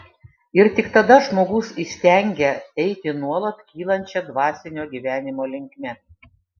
ir tik tada žmogus įstengia eiti nuolat kylančia dvasinio gyvenimo linkme